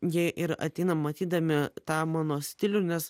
jie ir ateina matydami tą mano stilių nes